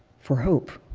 for hope.